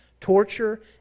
torture